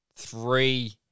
three